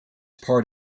part